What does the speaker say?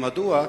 מדוע?